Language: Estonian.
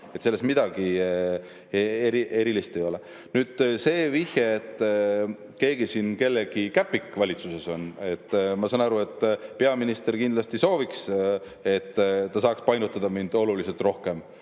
Selles midagi erilist ei ole. Nüüd see vihje, et keegi on valitsuses kellegi käpik[nukk]. Ma saan aru, et peaminister kindlasti sooviks, et ta saaks painutada mind oluliselt rohkem,